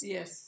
Yes